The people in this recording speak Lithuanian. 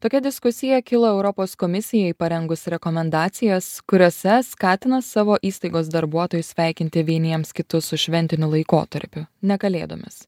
tokia diskusija kilo europos komisijai parengus rekomendacijas kuriose skatina savo įstaigos darbuotojus sveikinti vieniems kitus su šventiniu laikotarpiu ne kalėdomis